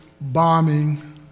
bombing